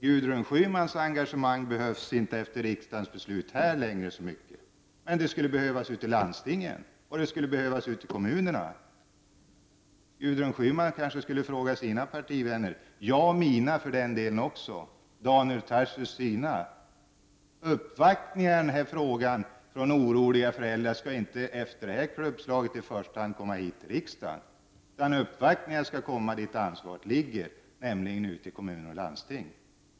Gudrun Schymans engagemang behövs inte längre i riksdagen, efter detta beslut, men det skulle behövas ute i landstingen och kommunerna. Gudrun Schyman kanske skulle fråga sina partivänner, jag mina och Daniel Tarschys sina. Uppvaktningar i den här frågan från oroliga föräldrar skall inte efter detta klubbslag i första hand göras i riksdagen, utan där ansvaret ligger, nämligen ute i kommuner och landsting.